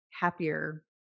happier